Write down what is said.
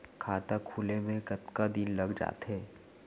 खाता खुले में कतका दिन लग जथे?